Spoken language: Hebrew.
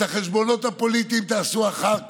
את החשבונות הפוליטיים תעשו אחר כך,